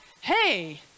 hey